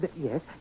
Yes